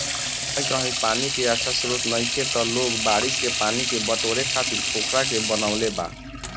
कही कही पानी के अच्छा स्त्रोत नइखे त लोग बारिश के पानी के बटोरे खातिर पोखरा के बनवले बा